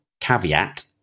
caveat